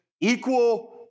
equal